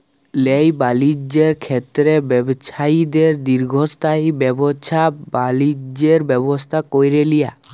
ল্যায় বালিজ্যের ক্ষেত্রে ব্যবছায়ীদের দীর্ঘস্থায়ী ব্যাবছা বালিজ্যের ব্যবস্থা ক্যরে লিয়া